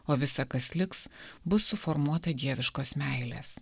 o visa kas liks bus suformuota dieviškos meilės